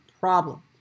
problem